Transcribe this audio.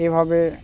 এভাবে